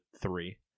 three